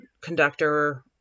conductor